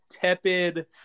tepid